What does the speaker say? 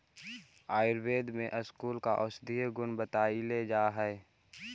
आयुर्वेद में स्कूल का औषधीय गुण बतईले हई